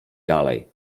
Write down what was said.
dalej